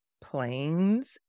planes